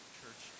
church